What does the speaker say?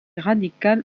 radical